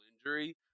injury